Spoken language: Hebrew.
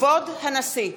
כבוד הנשיא!